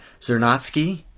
Zernatsky